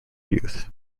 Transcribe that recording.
youth